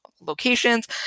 locations